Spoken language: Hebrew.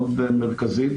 מאוד מרכזית,